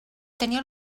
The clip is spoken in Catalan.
tenia